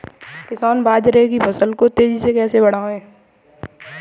किसान बाजरे की फसल को तेजी से कैसे बढ़ाएँ?